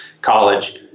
college